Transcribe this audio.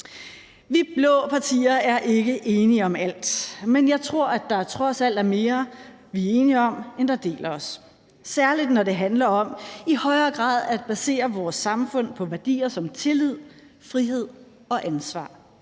Vi blå partier er ikke enige om alt, men jeg tror, at der trods alt er mere, vi er enige om, end der deler os, særlig når det handler om i højere grad at basere vores samfund på værdier som tillid, frihed og ansvar,